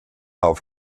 auf